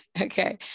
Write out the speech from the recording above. Okay